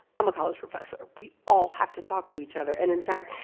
i'm a college professor. we all have to talk to each other. and in fact,